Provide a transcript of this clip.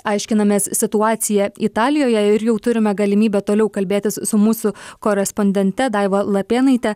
aiškinamės situaciją italijoje ir jau turime galimybę toliau kalbėtis su mūsų korespondente daiva lapėnaite